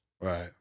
Right